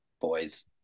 boys